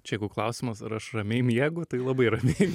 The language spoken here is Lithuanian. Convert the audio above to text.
čia jeigu klausimas ar aš ramiai miegu tai labai ramiai